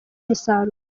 umusaruro